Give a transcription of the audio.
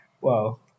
Wow